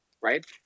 right